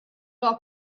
law